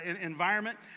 environment